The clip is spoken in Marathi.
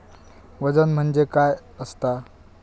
वजन म्हणजे काय असता?